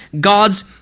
God's